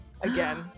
again